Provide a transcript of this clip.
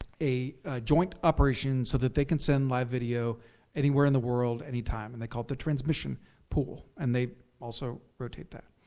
a joint operation so that they can send live video anywhere in the world, any time, and they call it the transmission pool. and they also rotate that.